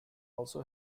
also